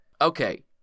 okay